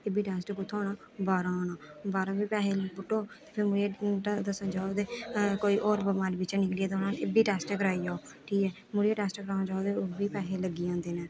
एह् बी टैस्ट कु'त्थै होना बाह्रों होना बाहरा फिर पैहे निं पुट्टो ते जे नेईं दस्सन जाओ ते कोई होर बमारी बिच्चा निकली आनी ते इब्बी टैस्ट कराई आओ ठीक ऐ मुड़ियै टैस्ट करान जाओ ते उब्बी पैहे लग्गी जंदे